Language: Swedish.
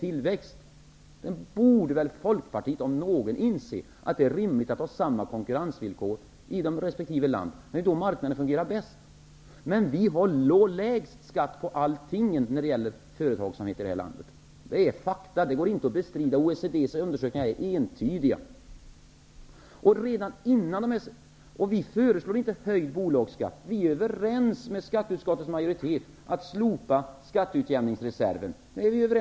Folkpartiet, om något parti, borde väl inse att det är rimligt med samma konkurrensvillkor inom samma land. Det är då som marknaden fungerar som bäst. Men i Sverige har vi lägst skatt på allt när det gäller företagsamhet. Det är fakta, som inte går att bestrida. OECD:s undersökningar är entydiga på den punkten. Vi föreslår inte höjd bolagsskatt. Vi är överens med skatteutskottets majoritet om att slopa skatteutjämningsreserven.